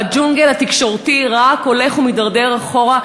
והג'ונגל התקשורתי רק הולך ומידרדר אחורה,